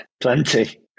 Plenty